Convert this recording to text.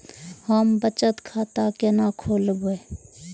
हम बचत खाता केना खोलैब?